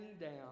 down